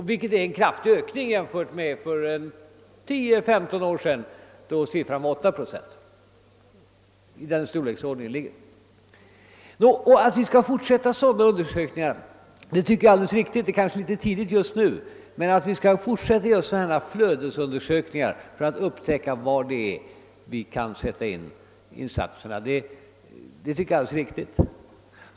Det är en kraftig ökning i jämförelse med förhållandet för 10—15 år sedan, då motsvarande siffra var 8 procent. Jag tycker att det är alldeles riktigt att vi skall fortsätta med sådana flödesundersökningar. Det är just nu kanske något för tidigt att göra en ny sådan, men det bör göras för att vi skall kunna avgöra var insatserna skall sättas in.